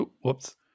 Whoops